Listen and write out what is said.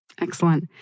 Excellent